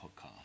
podcast